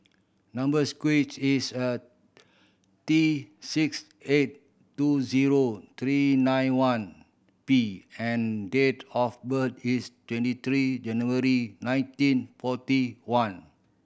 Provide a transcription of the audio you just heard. number sequent is a T six eight two zero three nine one P and date of birth is twenty three January nineteen forty one